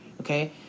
okay